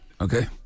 Okay